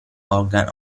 organ